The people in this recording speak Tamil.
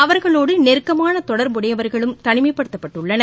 அவர்களோடு நெருக்கமான தொடர்புடையவர்களும் தனிமைப்படுத்தப்பட்டுள்ளனர்